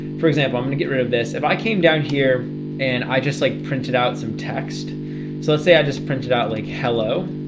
for example, i'm gonna get rid of this if i came down here and i just like printed out some text so let's say i just printed out like hello.